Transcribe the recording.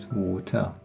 water